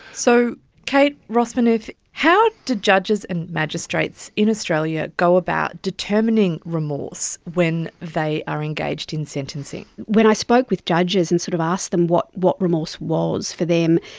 so kate rossmanith, how do judges and magistrates in australia go about determining remorse when they are engaged in sentencing? when i spoke with judges and sort of asked them what what remorse was for them,